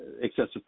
excessive